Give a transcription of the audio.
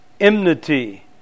Enmity